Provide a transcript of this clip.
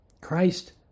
Christ